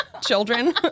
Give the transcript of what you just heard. Children